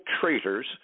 traitors